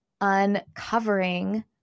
uncovering